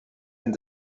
and